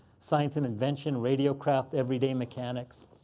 science and invention, radio-craft, everyday mechanics.